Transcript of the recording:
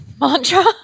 mantra